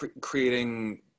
creating